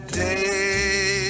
day